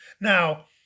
Now